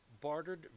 bartered